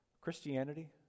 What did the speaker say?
Christianity